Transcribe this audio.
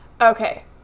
okay